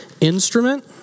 instrument